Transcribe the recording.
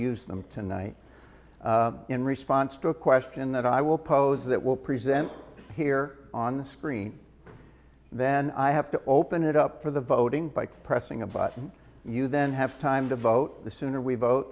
use them tonight in response to a question that i will pose that will present here on the screen and then i have to open it up for the voting by pressing a button you then have time to vote the sooner we